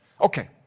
Okay